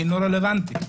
אינו רלוונטי.